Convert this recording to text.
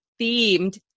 themed